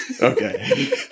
Okay